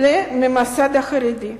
לממסד החרדי.